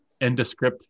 indescript